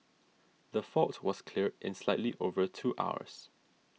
the fault was cleared in slightly over two hours